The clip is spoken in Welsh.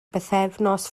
bythefnos